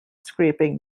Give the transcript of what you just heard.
scraping